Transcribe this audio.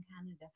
Canada